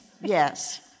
yes